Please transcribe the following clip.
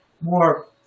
more